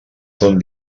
són